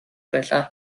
байлаа